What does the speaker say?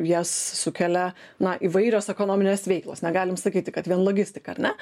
jas sukelia na įvairios ekonominės veiklos negalim sakyti kad vien logistika ar ne